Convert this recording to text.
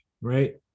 right